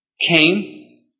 came